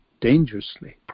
dangerously